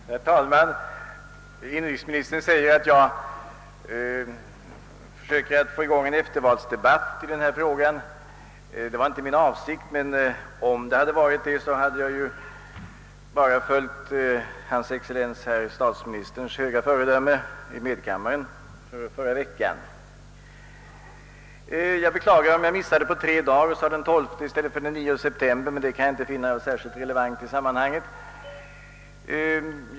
Herr talman! Inrikesministern säger att jag försökt få i gång en eftervalsdebatt i den här frågan. Det var inte min avsikt, men om det hade varit det så hade jag ju bara följt hans excellens herr statsministerns höga föredöme i medkammaren under förra veckan. Jag beklagar om jag missade på tre dagar och sade den 12 i stället för den 9 september, men det kan jag inte finna särskilt relevant i detta sammanhang.